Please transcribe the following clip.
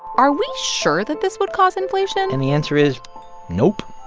are we sure that this would cause inflation? and the answer is nope.